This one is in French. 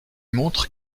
montre